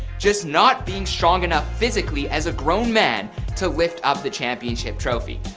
just not being strong enough physically, as a grown man to lift up the championship trophy,